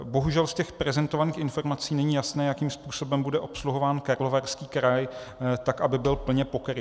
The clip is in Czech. Bohužel z těch prezentovaných informací není jasné, jakým způsobem bude obsluhován Karlovarský kraj, tak aby byl plně pokryt.